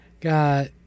got